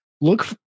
Look